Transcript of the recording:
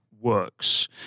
works